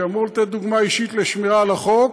שאמור לתת דוגמה אישית לשמירה על החוק,